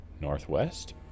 Northwest